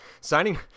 Signing